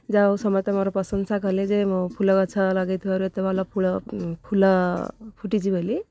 ଯାହା ହେଉ ସମସ୍ତେ ମୋର ପ୍ରଶଂସା କଲେ ଯେ ମୁଁ ଫୁଲ ଗଛ ଲଗାଇଥିବାରୁ ଏତେ ଭଲ ଫୁଲ ଫୁଟିଛି ବୋଲି